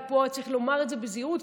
ופה צריך לומר את זה בזהירות,